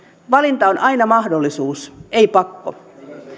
valinta on aina mahdollisuus ei pakko